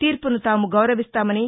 తీర్పును తాము గౌరవిస్తామని